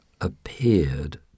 appeared